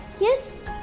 Yes